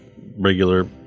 regular